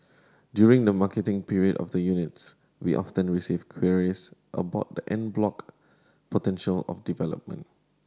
during the marketing period of the units we often receive queries about the en bloc potential of development